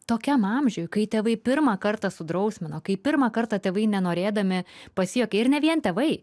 tokiam amžiuj kai tėvai pirmą kartą sudrausmino kai pirmą kartą tėvai nenorėdami pasijuokė ir ne vien tėvai